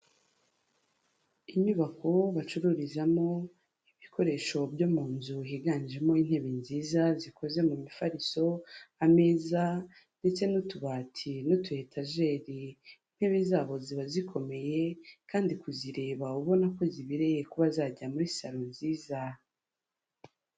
Inyubako bacururizamo ibikoresho byo mu nzu higanjemo intebe nziza zikoze mu mifariso, ameza, ndetse n'utubati n'utu etajeri, intebe zabo ziba zikomeye kandi kuzireba ubona ko zibereye ko zajya muri salo nziza.